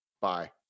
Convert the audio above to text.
Bye